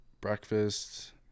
breakfast